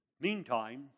Meantime